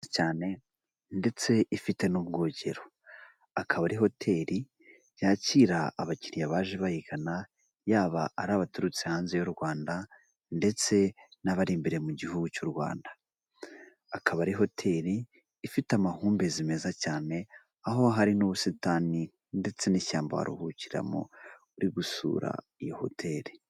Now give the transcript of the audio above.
Hotele nziza cyane ndetse ifite n'ubwogero akaba ari hoteli yakira abakiliya baje bayigana yaba ari abaturutse hanze y'u rwanda ndetse n'abari imbere mu gihugu cy'u rwanda, akaba ari hoteli ifite amahumbezi meza cyane aho hari n'ubusitani ndetse n'ishyamba baruhukiramo uri gusura iyo hoteli.